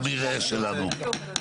במרעה שלנו.